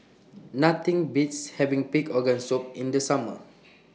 Nothing Beats having Pig Organ Soup in The Summer